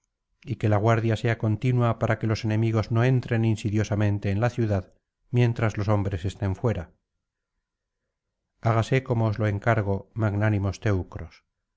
y que la guardia sea continua para que los enemigos no entren insidiosamente en la ciudad mientras los hombres estén fuera hágase como os lo encargo magnánimos teucros